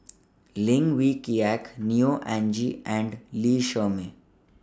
Lim Wee Kiak Neo Anngee and Lee Shermay